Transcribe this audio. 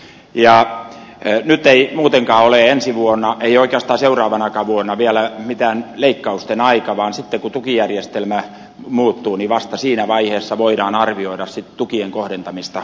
nyt ei muutenkaan ole ensi vuonna ei oikeastaan seuraavanakaan vuonna vielä mikään leikkausten aika vaan sitten kun tukijärjestelmä muuttuu vasta siinä vaiheessa voidaan arvioida tukien kohdentamista uudelleen